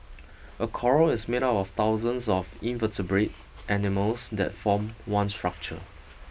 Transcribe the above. a coral is made up of thousands of invertebrate animals that form one structure